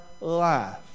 life